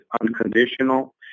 unconditional